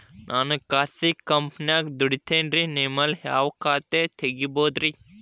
ನಾನು ಖಾಸಗಿ ಕಂಪನ್ಯಾಗ ದುಡಿತೇನ್ರಿ, ನಿಮ್ಮಲ್ಲಿ ಯಾವ ಖಾತೆ ತೆಗಿಬಹುದ್ರಿ?